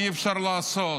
אי-אפשר לעשות.